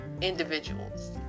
individuals